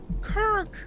Kirk